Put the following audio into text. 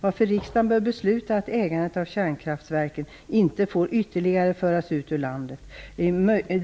Därför bör riksdagen besluta att ägandet av kärnkraftverken inte ytterligare får föras ut ur landet.